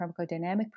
pharmacodynamic